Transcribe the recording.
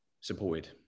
supported